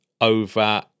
over